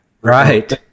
Right